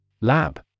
Lab